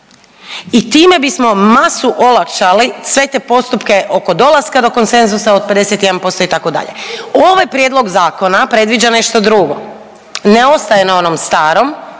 i time bismo masu olakšali, sve te postupke oko dolaska do konsenzusa od 51% itd.. Ovaj prijedlog zakona predviđa nešto drugo, ne ostaje na onom starom